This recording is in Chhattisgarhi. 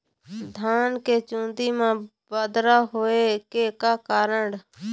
धान के चुन्दी मा बदरा होय के का कारण?